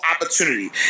opportunity